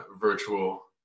virtual